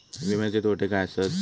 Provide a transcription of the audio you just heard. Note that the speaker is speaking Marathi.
विमाचे तोटे काय आसत?